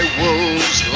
wolves